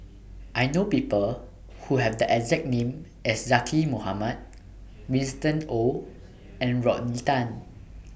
I know People Who Have The exact name as Zaqy Mohamad Winston Oh and Rodney Tan